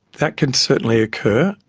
that can certainly occur,